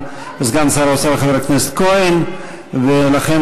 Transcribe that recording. בקריאה טרומית בלבד.